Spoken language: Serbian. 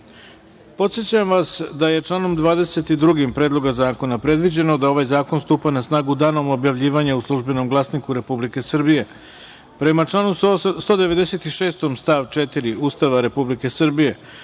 načelu. Podsećam vas da je članom 22. Predloga zakona predviđeno da ovaj zakon stupa na snagu danom objavljivanja u „Službenog glasniku Republike Srbije“.Prema članu 196. stav 4. Ustava Republike Srbije